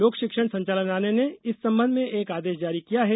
लोक शिक्षण संचालनालय ने इस संबंध में एक आदेश जारी किया है